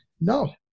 no